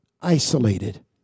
isolated